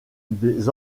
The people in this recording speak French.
des